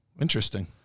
Interesting